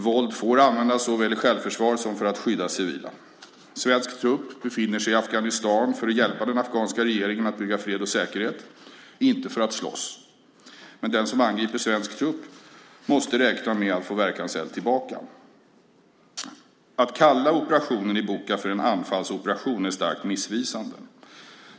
Våld får användas såväl i självförsvar som för att skydda civila. Svensk trupp befinner sig i Afghanistan för att hjälpa den afghanska regeringen att bygga fred och säkerhet, inte för att slåss. Den som angriper svensk trupp måste dock räkna med att få verkanseld tillbaka. Att kalla operationen i Boka för en anfallsoperation är starkt missvisande.